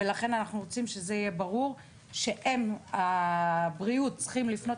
ולכן אנחנו רוצים שזה יהיה ברור שהבריאות צריכים לפנות